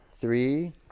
Three